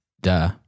duh